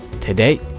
today